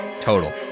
total